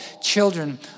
children